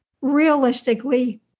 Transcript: realistically